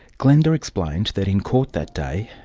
glenda explained that in court that day,